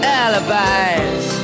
alibis